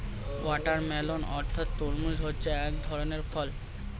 watermelon অর্থাৎ তরমুজ হচ্ছে এক ধরনের ফল